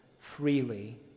freely